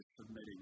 submitting